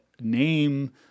name